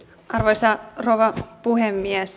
arvoisa rouva puhemies